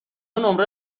نمره